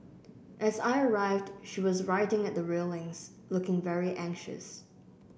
as I arrived she was writing at the railings looking very anxious